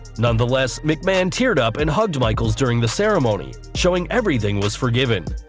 nonetheless, mcmahon teared up and hugged michaels during the ceremony, showing everything was forgiven.